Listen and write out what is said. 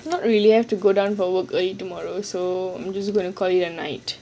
not really have to go down for work early tomorrow so I'm just going to call it a night